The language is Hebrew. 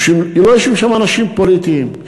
לא יושבים שם אנשים פוליטיים,